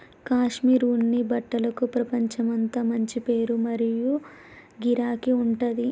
కాశ్మీర్ ఉన్ని బట్టలకు ప్రపంచమంతా మంచి పేరు మరియు గిరాకీ ఉంటది